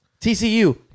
TCU